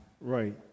Right